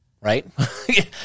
right